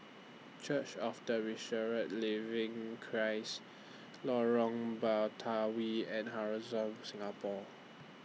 Church of The Resurrected Living Christ Lorong Batawi and Horizon Singapore